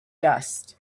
dust